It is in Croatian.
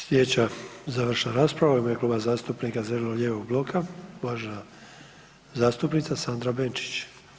Slijedeća završna rasprava u ime Kluba zastupnika zeleno-lijevog bloka, uvažena zastupnica Sandra Benčić.